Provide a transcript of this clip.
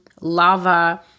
lava